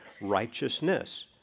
righteousness